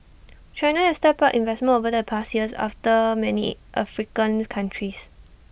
China has stepped up investment over the past years after many African countries